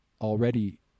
already